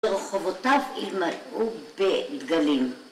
‫ברחובותיו ימלאו בדגלים.